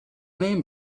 name